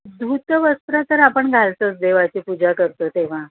धूतवस्त्र तर आपण घालतोच देवाची पूजा करतो तेव्हा